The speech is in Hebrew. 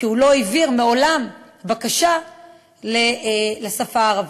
כי הוא לא העביר מעולם בקשה לשפה הערבית.